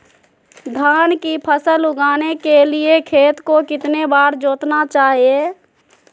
धान की फसल उगाने के लिए खेत को कितने बार जोतना चाइए?